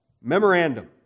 memorandum